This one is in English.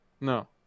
No